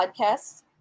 Podcasts